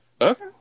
okay